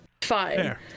Fine